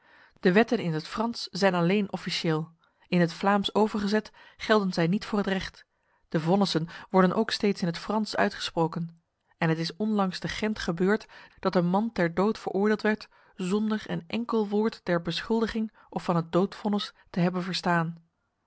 de wetten in het frans zijn alleen officieel in het vlaams overgezet gelden zij niet voor het recht de vonnissen worden ook steeds in het frans uitgesproken en het is onlangs te gent gebeurd dat een man ter dood veroordeeld werd zonder een enkel woord der beschuldiging of van het doodvonnis te hebben verstaan